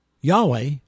Yahweh